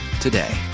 today